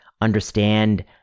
understand